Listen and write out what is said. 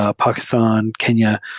ah pakistan, kenya,